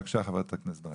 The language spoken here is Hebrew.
בבקשה, חברת הכנסת רייטן.